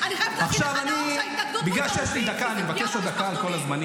כי זו פגיעה במשפחתונים,